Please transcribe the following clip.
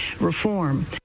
reform